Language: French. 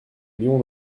lions